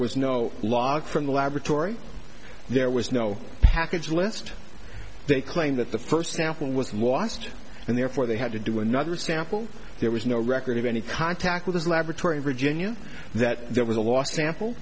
was no log from the laboratory there was no package list they claim that the first sample was lost and therefore they had to do another sample there was no record of any contact with his laboratory virginia that there was a